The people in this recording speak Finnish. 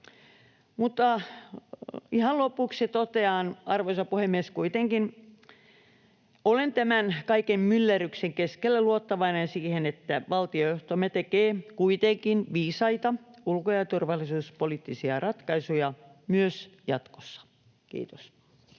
Mutta ihan lopuksi totean, arvoisa puhemies, että olen tämän kaiken myllerryksen keskellä luottavainen siihen, että valtiojohtomme tekee kuitenkin viisaita ulko‑ ja turvallisuuspoliittisia ratkaisuja myös jatkossa. — Kiitos.